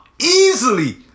easily